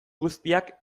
guztiak